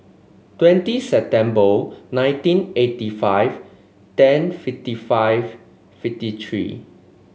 twenty September nineteen eighty five ten fifty five fifty three